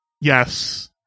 Yes